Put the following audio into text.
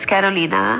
Carolina